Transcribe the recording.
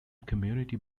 community